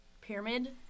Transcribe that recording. pyramid